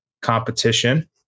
competition